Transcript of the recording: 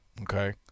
Okay